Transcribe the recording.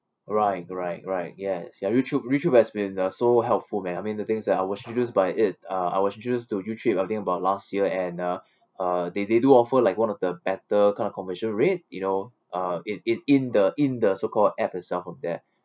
right right right yes ya YouTrip YouTrip has been uh so helpful man I mean the thing is that I was introduced by it uh I was introduced to YouTrip I think about last year and uh uh they they do offer like one of the better kind of commercial rate you know uh it it in the in the so called app itself from there